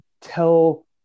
tell